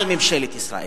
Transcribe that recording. על ממשלת ישראל